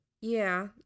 yeah